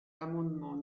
l’amendement